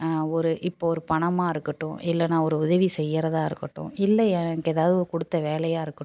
ஒரு இப்போது ஒரு பணமாக இருக்கட்டும் இல்லைனா ஒரு உதவி செய்யறதா இருக்கட்டும் இல்லை எனக்கு ஏதாவுது கொடுத்த வேலையாக இருக்கட்டும்